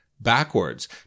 backwards